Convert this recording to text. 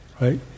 right